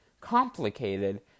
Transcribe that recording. complicated